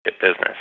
business